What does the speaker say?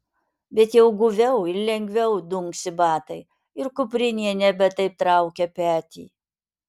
bet jau guviau ir lengviau dunksi batai ir kuprinė nebe taip traukia petį